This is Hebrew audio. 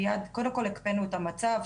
קודם כל הקפאנו את המצב,